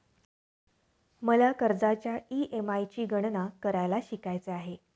मला कर्जाच्या ई.एम.आय ची गणना करायला शिकायचे आहे